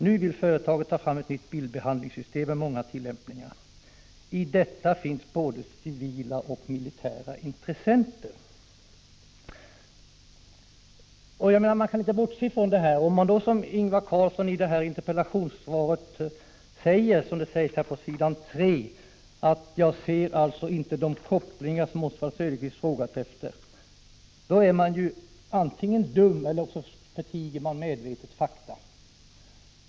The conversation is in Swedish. —-—-—- Nu vill företaget ta fram ett nytt bildbehandlingssystem med många tillämpningar ——- I detta finns både civila och militära intressenter.” Jag menar att man inte kan bortse från detta. Ingvar Carlsson säger i det utdelade interpellationssvaret på s. 3: ”Jag ser alltså inte de kopplingar Oswald Söderqvist frågat efter.” Då är man dum, eller också förtiger man medvetet fakta.